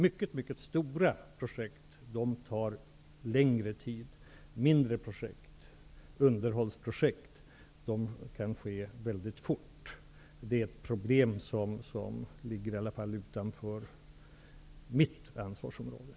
Mycket stora projekt tar därför längre tid, medan mindre projekt, underhållsprojekt, kan sättas i gång väldigt fort. Men det är problem som ligger utanför mitt ansvarsområde.